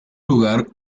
lugar